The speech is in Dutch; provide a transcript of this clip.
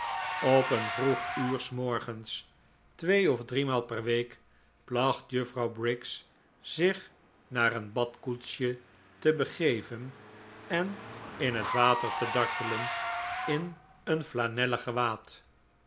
op een vroeg uur s morgens twee of driemaal per week placht juffrouw briggs zich naar een badkoetsje te begeven en in het water te dartelen in een flanellen gewaad